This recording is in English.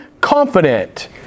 confident